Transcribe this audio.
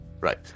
Right